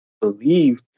believe